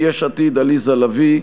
יש עתיד: עליזה לביא.